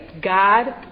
God